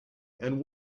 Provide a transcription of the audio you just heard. and